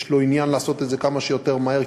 יש לו עניין לעשות את זה כמה שיותר מהר,